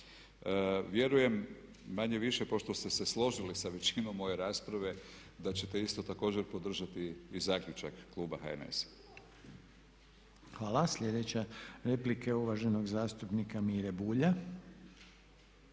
Vjerujem manje-više pošto ste se složili sa većinom moje rasprave da ćete isto također podržati i zaključak kluba HNS-a. **Reiner, Željko (HDZ)** Hvala. Sljedeća replika je uvaženog zastupnika Mire Bulja.